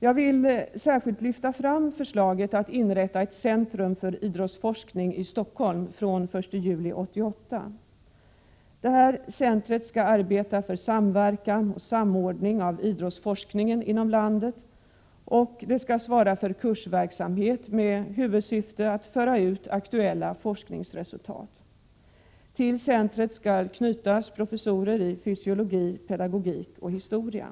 Jag vill särskilt lyfta fram förslaget att inrätta ett centrum för idrottsforskning i Stockholm från den 1 juni 1988. Centret skall arbeta för samverkan och samordning av idrottsforskningen inom landet och svara för kursverksamhet med huvudsyftet att föra ut aktuella forskningsresultat. Till centret skall knytas professorer i fysiologi, pedagogik och historia.